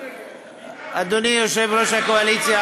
אדוני יושב-ראש הקואליציה,